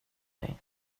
dig